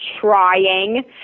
trying